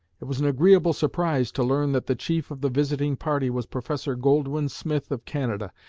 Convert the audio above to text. it was an agreeable surprise to learn that the chief of the visiting party was professor goldwin smith of canada,